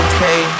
Okay